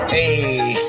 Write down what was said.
Hey